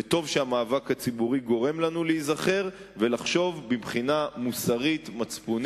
וטוב שהמאבק הציבורי גורם לנו להיזכר ולחשוב מבחינה מוסרית-מצפונית,